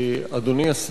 אדוני השר,